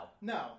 No